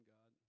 God